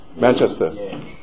Manchester